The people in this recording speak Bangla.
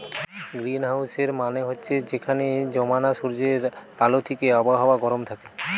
গ্রীনহাউসের মানে হচ্ছে যেখানে জমানা সূর্যের আলো থিকে আবহাওয়া গরম থাকে